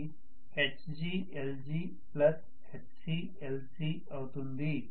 ఇది HglgHclc అవుతుంది